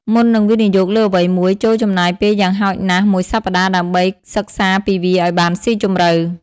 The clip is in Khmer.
មុននឹងវិនិយោគលើអ្វីមួយ ចូរចំណាយពេលយ៉ាងហោចណាស់មួយសប្តាហ៍ដើម្បីសិក្សាពីវាឱ្យបានស៊ីជម្រៅ។